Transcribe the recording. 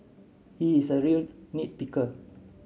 he is a real nit picker